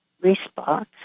response